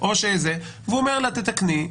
והוא אומר לה: תתקני.